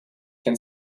can